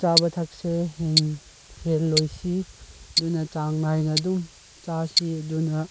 ꯆꯥꯕ ꯊꯛꯁꯦ ꯍꯦꯜꯂꯣꯏꯁꯤ ꯑꯗꯨꯅ ꯆꯥꯡ ꯅꯥꯏꯅ ꯑꯗꯨꯝ ꯆꯥꯁꯤ ꯑꯗꯨꯅ